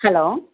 hello